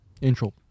Intro